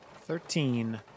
Thirteen